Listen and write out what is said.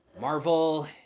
Marvel